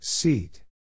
Seat